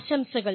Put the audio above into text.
ആശംസകൾ